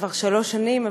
כבר שלוש שנים,